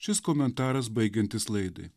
šis komentaras baigiantis laidai